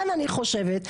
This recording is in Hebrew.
מה אתם רוצים מאיתנו עכשיו?